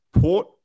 Port